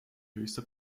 höchste